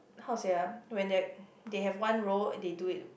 how sia when they they have one row they do it